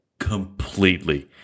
completely